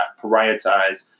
prioritize